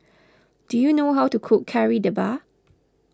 do you know how to cook Kari Debal